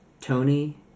tony